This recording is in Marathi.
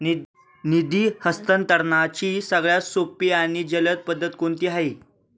निधी हस्तांतरणाची सगळ्यात सोपी आणि जलद पद्धत कोणती आहे?